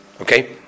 Okay